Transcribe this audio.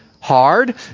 hard